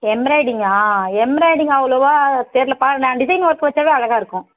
எம்ராயிடிங்காக embroidering அவ்வளவா தெரிலப்பா நான் டிசைன் ஒர்க் வச்சாவே அழகாகருக்கும்